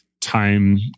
time